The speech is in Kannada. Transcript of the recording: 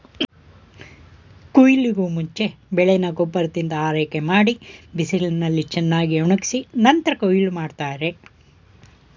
ಕುಯ್ಲಿಗೂಮುಂಚೆ ಬೆಳೆನ ಗೊಬ್ಬರದಿಂದ ಆರೈಕೆಮಾಡಿ ಬಿಸಿಲಿನಲ್ಲಿ ಚೆನ್ನಾಗ್ಒಣುಗ್ಸಿ ನಂತ್ರ ಕುಯ್ಲ್ ಮಾಡ್ತಾರೆ